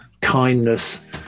kindness